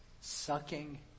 sucking